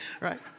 right